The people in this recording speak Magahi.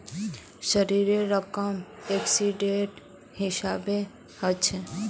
राशिर रकम एक्सीडेंटेर हिसाबे हछेक